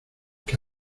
que